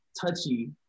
touchy